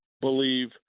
believe